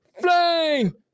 Flame